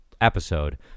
episode